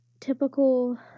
Typical